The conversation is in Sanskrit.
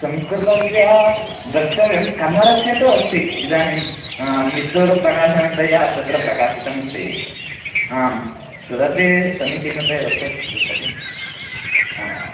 संस्कृतस्य द्रष्टव्यं कन्नडस्य तु अस्ति इदानिं मित्तुरु प्रकाशनतया तत्र प्रकाशितमस्ति आम् तदपि समीचीनतया वर्तते पुस्तकं आम्